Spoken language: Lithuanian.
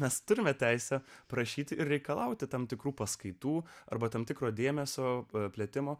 mes turime teisę prašyti reikalauti tam tikrų paskaitų arba tam tikro dėmesio praplėtimo